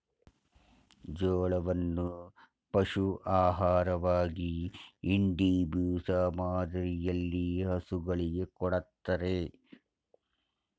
ಜೋಳವನ್ನು ಪಶು ಆಹಾರವಾಗಿ ಇಂಡಿ, ಬೂಸ ಮಾದರಿಯಲ್ಲಿ ಹಸುಗಳಿಗೆ ಕೊಡತ್ತರೆ